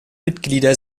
mitglieder